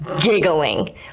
giggling